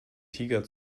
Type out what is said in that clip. tiger